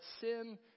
sin